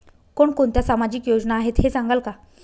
कोणकोणत्या सामाजिक योजना आहेत हे सांगाल का?